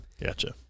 Gotcha